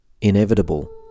inevitable